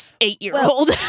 eight-year-old